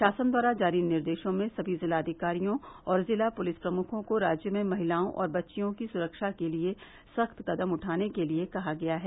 शासन द्वारा जारी निर्देशों में सभी जिलाधिकारियों और जिला पुलिस प्रमुखों को राज्य में महिलाओं और बच्चियों की सुरक्षा के लिए सख्त कदम उठाने के लिए कहा गया है